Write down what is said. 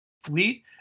fleet